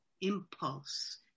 impulse